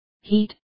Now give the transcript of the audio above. heat